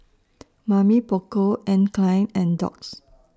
Mamy Poko Anne Klein and Doux